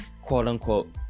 quote-unquote